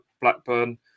Blackburn